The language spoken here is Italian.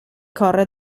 corre